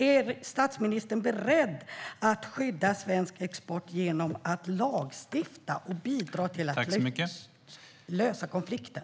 Är statsministern beredd att skydda svensk export genom att lagstifta och bidra till att lösa konflikten?